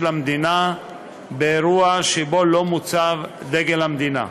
המדינה באירוע שבו לא מוצב דגל המדינה".